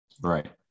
right